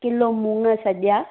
kilo मुंंङ सॼा